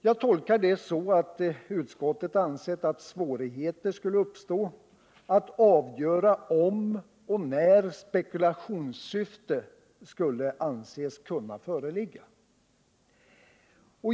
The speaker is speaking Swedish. Jag tolkar detta så att utskottet har ansett att svårigheter skulle uppstå när det gäller att avgöra om och när spekulationssyfte skulle anses kunna föreligga.